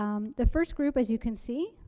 um, the first group, as you can see,